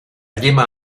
yema